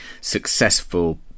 successful